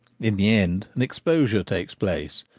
in the end an exposure takes place,